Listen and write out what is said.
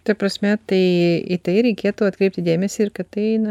ta prasme tai į tai reikėtų atkreipti dėmesį ir kad tai na